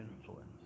Influence